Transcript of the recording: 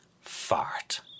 fart